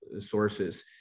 sources